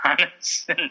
honest